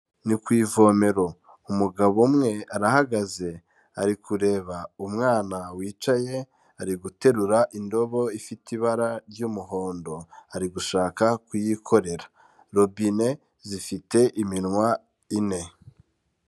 Ni ku ivomero. Umugabo umwe arahagaze ari kureba umwana wicaye, ari guterura indobo ifite ibara ry'umuhondo, ari gushaka kuyikorera, robine zifite iminwa ine.